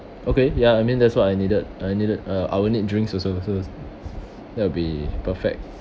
okay ya I mean that's what I needed I needed uh I will need drinks also so that will be perfect